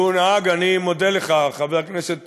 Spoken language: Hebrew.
והוא נהג, אני מודה לך, חבר הכנסת